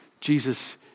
Jesus